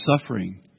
suffering